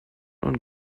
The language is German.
und